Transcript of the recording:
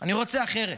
אני רוצה אחרת.